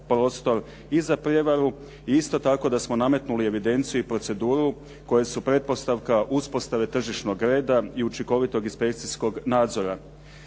i za prijevaru i isto tako da smo nametnuli evidenciju i proceduru koje su pretpostavka uspostave tržišnog reda i učinkovitog inspekcijskog nadzora.